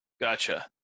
Gotcha